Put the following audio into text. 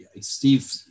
steve